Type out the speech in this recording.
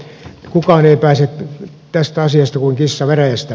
kukaan ei pääse tästä asiasta kuin kissa veräjästä